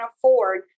afford